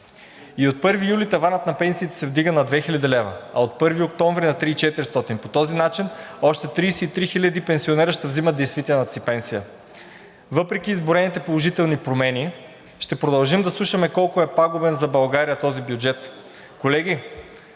От 1 юли таванът на пенсиите се вдига на 2000 лв., а от 1 октомври на 3400 лв. и по този начин още 33 хиляди пенсионери ще взимат действителната си пенсия. Въпреки изброените положителни промени, ще продължим да слушаме колко е пагубен за България този бюджет. Колеги,